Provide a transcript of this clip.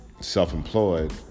self-employed